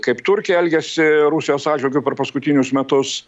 kaip turkija elgiasi rusijos atžvilgiu per paskutinius metus